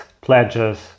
pledges